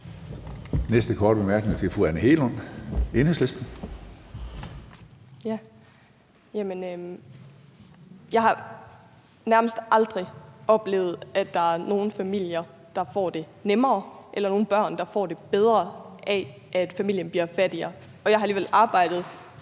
Jeg har nærmest aldrig oplevet, at der er nogen familier, der får det nemmere af, eller nogen børn, der får det bedre af, at familien bliver fattigere, og jeg har alligevel arbejdet